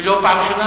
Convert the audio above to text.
ולא פעם ראשונה,